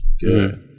good